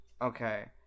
Okay